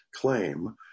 claim